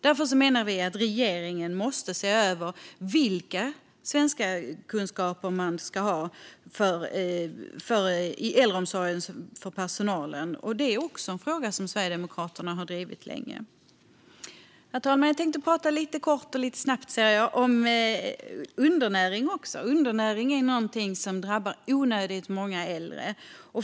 Därför menar vi att regeringen måste se över vilka kunskapskrav i det svenska språket som man ska ställa på personalen i äldreomsorgen. Det är också en fråga som Sverigedemokraterna har drivit länge. Herr talman! Jag tänkte prata lite grann om undernäring också. Undernäring är någonting som drabbar onödigt många äldre.